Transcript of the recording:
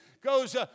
goes